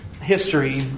history